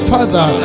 Father